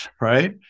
right